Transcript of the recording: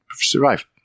survive